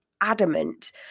adamant